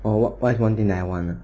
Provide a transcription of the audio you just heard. or what one thing I want ah